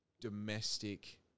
domestic